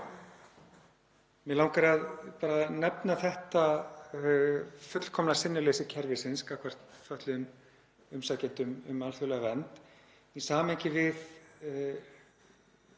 Mig langar að nefna þetta fullkomna sinnuleysi kerfisins gagnvart fötluðum umsækjendum um alþjóðlega vernd í samhengi við